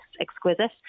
exquisite